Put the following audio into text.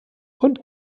und